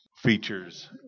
features